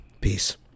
Peace